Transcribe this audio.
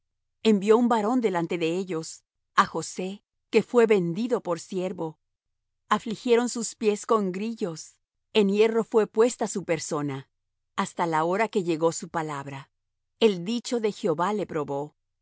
envió un varón delante de ellos a josé que fué vendido por siervo afligieron sus pies con grillos en hierro fué puesta su persona hasta la hora que llegó su palabra el dicho de jehová le probó